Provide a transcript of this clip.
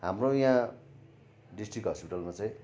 हाम्रो यहाँ डिस्ट्रिक हस्पिटलमा चाहिँ